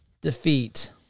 defeat